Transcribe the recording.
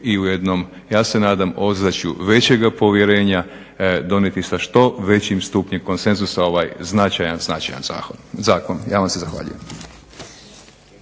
i u jednom, ja se nadam ozračju većega povjerenja, donijeti sa što većim stupnjem konsenzusa ovaj značajan zakon. Ja vam se zahvaljujem.